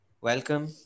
welcome